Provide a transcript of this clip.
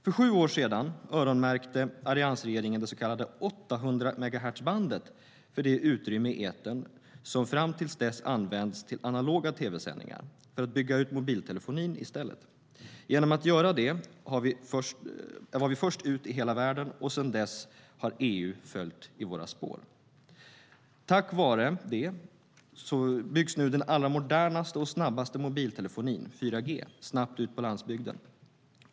För sju år sedan öronmärkte alliansregeringen det så kallade 800-megahertzbandet - det utrymme i etern som fram till dess hade använts till analoga tv-sändningar - för att i stället bygga ut mobiltelefonin. Genom att göra det var vi först ut i hela världen, och sedan dess har EU följt i våra spår. Tack vare detta byggs nu den allra modernaste och snabbaste mobiltelefonin, 4G, snabbt ut på landsbygden.